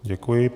Děkuji.